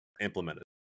implemented